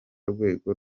rwego